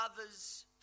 others